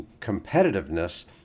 competitiveness